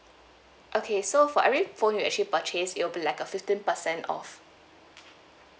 okay so for every phone you actually purchase it'll be like a fifteen percent off